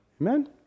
Amen